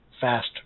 fast